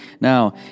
Now